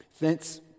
Thence